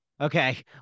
okay